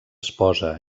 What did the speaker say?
esposa